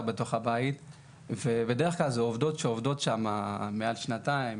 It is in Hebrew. בתוך הבית ובדרך כלל אלו עובדות שעובדות שם מעל לשנתיים,